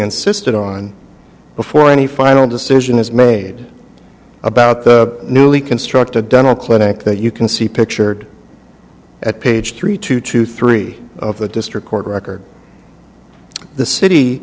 insisted on before any final decision is made about the newly constructed dental clinic that you can see pictured at page three two two three of the district court record the city